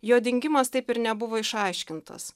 jo dingimas taip ir nebuvo išaiškintas